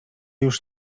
już